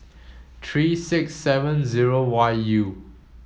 three six seven zero Y U